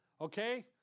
Okay